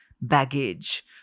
baggage